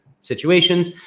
situations